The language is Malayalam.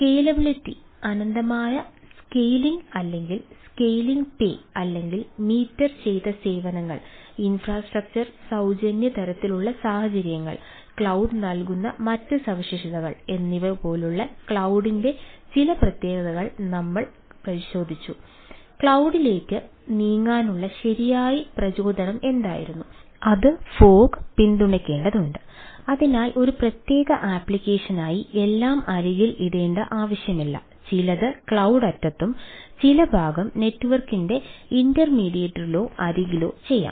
സ്കേലബിളിറ്റി അനന്തമായ സ്കെയിലിംഗ് അല്ലെങ്കിൽ സ്കെയിലിംഗ് പേ അല്ലെങ്കിൽ മീറ്റർ ചെയ്ത സേവനങ്ങൾ ഇൻഫ്രാസ്ട്രക്ചർ സൌജന്യ തരത്തിലുള്ള സാഹചര്യങ്ങൾ ക്ലൌഡ് നൽകുന്ന മറ്റ് സവിശേഷതകൾ എന്നിവ പോലുള്ള ക്ലൌഡിന്റെ ഇന്റർമീഡിയറ്റിലോ അരികിലോ ചെയ്യാം